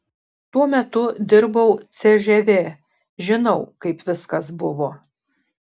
tuo metu dirbau cžv žinau kaip viskas buvo